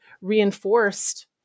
reinforced